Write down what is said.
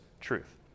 truth